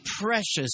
precious